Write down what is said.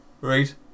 Right